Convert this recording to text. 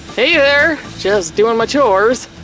hey there, just doing my chores,